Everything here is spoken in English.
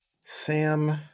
sam